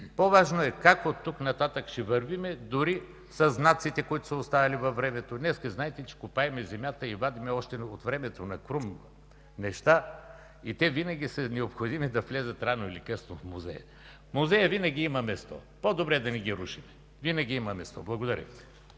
По-важно е как от тук нататък ще вървим, дори със знаците, които са оставени във времето. Днес, знаете, че копаем земята и вадим неща още от времето на Крум, и те винаги са необходими да влязат рано или късно в музея. В музея винаги има място, по-добре да не ги рушим – винаги има място. Благодаря.